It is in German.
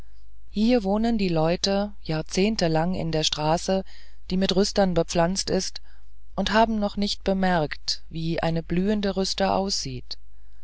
hier wohnen die leute jahrzehntelang in der straße die mit rüstern bepflanzt ist und haben noch nicht bemerkt wie eine blühende rüster aussieht